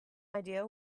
idea